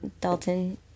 Dalton